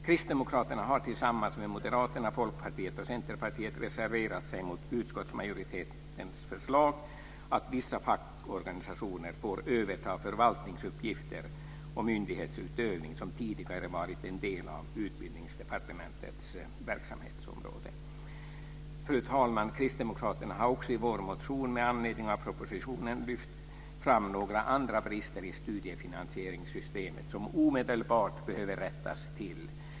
Kristdemokraterna har tillsammans med Moderaterna, Folkpartiet och Centerpartiet reserverat sig mot utskottsmajoritetens förslag att vissa fackorganisationer får överta förvaltningsuppgifter och myndighetsutövning som tidigare varit en del av Utbildningsdepartementets verksamhetsområde. Fru talman! Kristdemokraterna har också i en motion med anledning av propositionen lyft fram några andra brister i studiefinansieringssystemet som omedelbart behöver rättas till.